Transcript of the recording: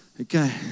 Okay